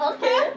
Okay